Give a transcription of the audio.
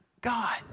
God